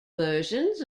versions